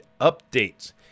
updates